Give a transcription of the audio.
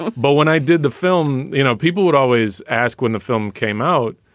but when i did the film, you know, people would always ask when the film came out.